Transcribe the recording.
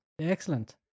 Excellent